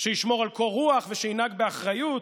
שישמור על קור רוח ושינהג באחריות.